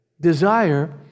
desire